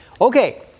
Okay